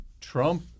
trump